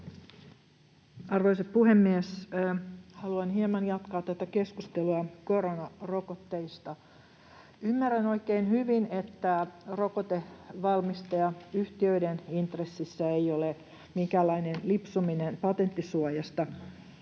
Arvoisa puhemies! Haluan hieman jatkaa tätä keskustelua koronarokotteista. Ymmärrän oikein hyvin, että rokotevalmistajayhtiöiden intressissä ei ole minkäänlainen lipsuminen patenttisuojasta.